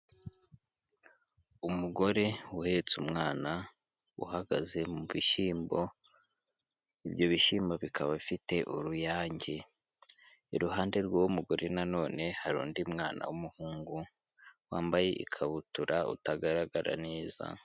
Umugore uhetse umwana uhagaze mu bishyimbo, ibyo bishyimbo bikaba bifite uruyange, iruhande rw'uwo mugore na none hari undi mwana w'umuhungu wambaye ikabutura utagaragara neza.